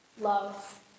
love